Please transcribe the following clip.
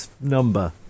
number